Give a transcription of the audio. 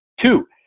two